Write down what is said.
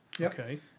Okay